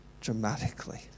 dramatically